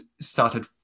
started